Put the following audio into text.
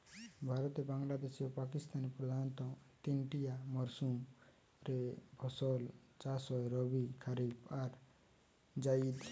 ভারতে, বাংলাদেশে ও পাকিস্তানে প্রধানতঃ তিনটিয়া মরসুম রে ফসল চাষ হয় রবি, কারিফ আর জাইদ